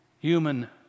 human